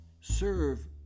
serve